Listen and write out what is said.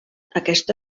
aquesta